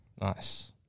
Nice